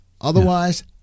Otherwise